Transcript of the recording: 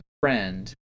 friend